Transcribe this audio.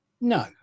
No